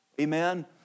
Amen